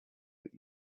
that